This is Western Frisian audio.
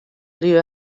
lju